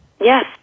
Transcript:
Yes